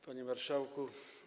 Panie Marszałku!